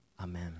amen